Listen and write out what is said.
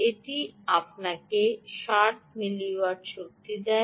এটি আপনাকে 60 মিলিওয়াট শক্তি দেয়